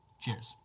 Cheers